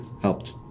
helped